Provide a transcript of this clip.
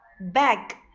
Bag